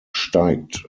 steigt